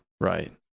Right